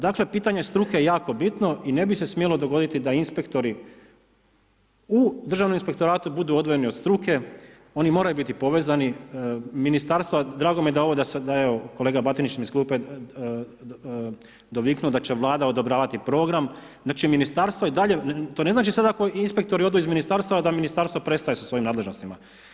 Dakle pitanje struke je jako bitno i ne bi se smjelo dogoditi da inspektori u Državnom inspektoratu budu odvojeni od struke, oni moraju biti povezani, ministarstva, drago mi je da je evo, kolega Batinić mi iz klupe doviknuo da će Vlada odobravati program, znači ministarstva i dalje, to ne znači sada ako inspektori odu iz ministarstva da ministarstvo prestaje sa svojim nadležnostima.